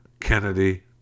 Kennedy